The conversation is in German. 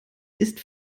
ist